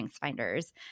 Finders